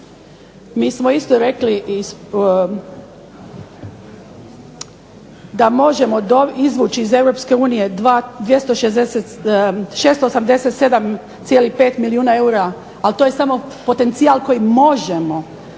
Mi smo isto rekli da možemo izvući iz EU 687,5 milijuna eura, ali to je samo potencijal koji možemo